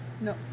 No